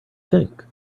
think